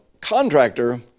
contractor